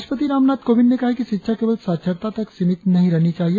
राष्ट्रपति रामनाथ कोविंद ने कहा है कि शिक्षा केवल साक्षरता तक सीमित नहीं रहनी चाहिए